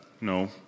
No